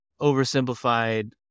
oversimplified